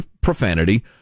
profanity